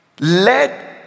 let